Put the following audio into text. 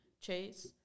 Chase